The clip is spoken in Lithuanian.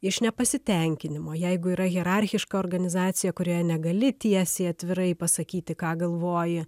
iš nepasitenkinimo jeigu yra hierarchiška organizacija kurioje negali tiesiai atvirai pasakyti ką galvoji